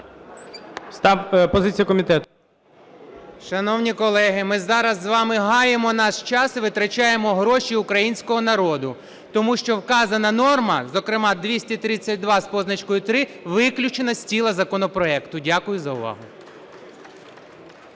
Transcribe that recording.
Шановні колеги, ми зараз з вами гаємо наш час і витрачаємо гроші українського народу, тому що вказана норма, зокрема 232 з позначкою 3, виключена з тіла законопроекту. Дякую за увагу.